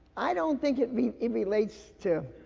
i don't think it re, it relates to,